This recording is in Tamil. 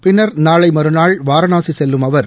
பின்னர் நாளை மறுநாள் வாரணாசி செல்லும் அவர்